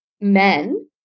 men